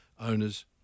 owners